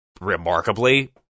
remarkably